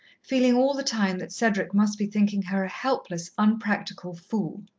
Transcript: feeling all the time that cedric must be thinking her a helpless, unpractical fool.